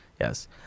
Yes